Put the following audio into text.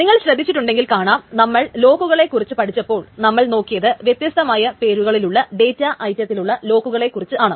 നിങ്ങൾ ശ്രദ്ധിച്ചിട്ടുണ്ടെങ്കിൽ കാണാം നമ്മൾ ലോക്കുകളെ കുറിച്ചു പഠിച്ചപ്പോൾ നമ്മൾ നോക്കിയത് വ്യത്യസ്തമായ പേരുകളിലുള്ള ഡേറ്റ ഐറ്റത്തിലുള്ള ലോക്കുകളെ കുറിച്ചാണ്